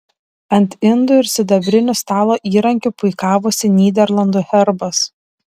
ant indų ir sidabrinių stalo įrankių puikavosi nyderlandų herbas